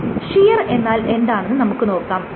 ഇനി ഷിയർ എന്നാൽ എന്താണെന്ന് നമുക്ക് നോക്കാം